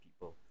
people